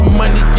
money